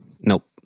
Nope